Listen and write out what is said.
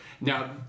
Now